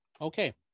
Okay